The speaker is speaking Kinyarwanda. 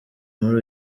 muri